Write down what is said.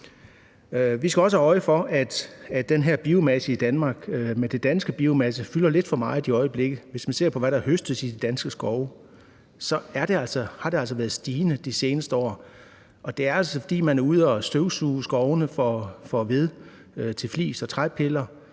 Vi skal også have øje for, at den her biomasse i Danmark, den danske biomasse, fylder lidt for meget i øjeblikket. Hvis man ser på, hvad der høstes i de danske skove, har det altså været stigende de seneste år. Det er altså, fordi man er ude at støvsuge skovene for ved til flis og træpiller,